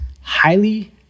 highly